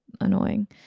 annoying